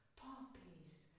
poppies